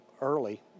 early